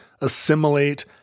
assimilate